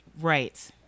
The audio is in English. right